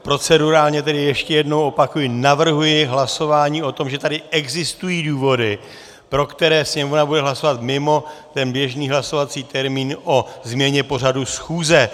Procedurálně tedy ještě jednou opakuji navrhuji hlasování o tom, že tady existují důvody, pro které Sněmovna bude hlasovat mimo ten běžný hlasovací termín o změně pořadu schůze.